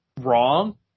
wrong